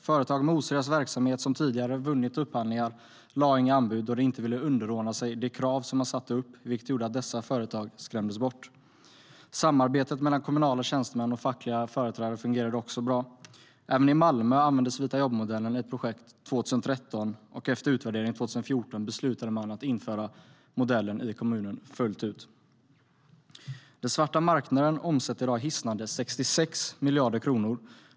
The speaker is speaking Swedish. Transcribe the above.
Företag med oseriös verksamhet som tidigare vunnit upphandlingar lade inga anbud då de inte ville underordna sig de krav man satte upp, vilket alltså gjorde att dessa företag skrämdes bort. Samarbetet mellan kommunala tjänstemän och fackliga företrädare fungerade också bra. Även i Malmö användes vita-jobb-modellen i ett projekt 2013, och efter utvärdering 2014 beslutade man att införa modellen i kommunen fullt ut. Den svarta marknaden omsätter i dag hisnande 66 miljarder kronor.